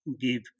give